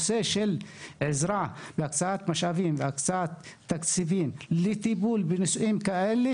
עזרה בהקצאת משאבים והקצאת תקציבים לטיפול בנושאים כאלה